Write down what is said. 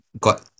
got